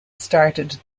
started